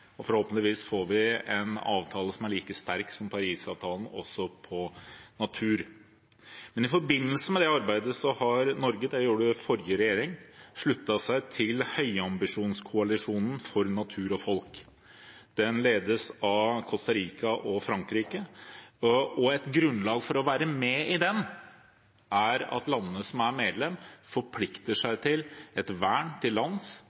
og forhåpentligvis får vi en avtale også på natur som er like sterk som Parisavtalen. I forbindelse med det arbeidet har Norge – det gjorde forrige regjering – sluttet seg til høyambisjonskoalisjonen for natur og folk. Den ledes av Costa Rica og Frankrike. Et grunnlag for å være med i den er at landene som er medlem, forplikter seg til et vern til lands